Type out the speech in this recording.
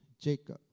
Jacob